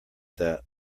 that